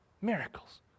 Miracles